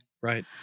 Right